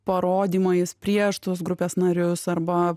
parodymais prieš tos grupės narius arba